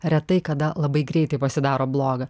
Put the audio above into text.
retai kada labai greitai pasidaro bloga